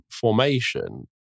formation